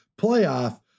playoff